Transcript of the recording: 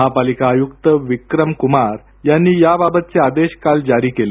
महापालिका आयुक्त विक्रमक्मार यांनी याबाबतचे आदेश काल जारी केले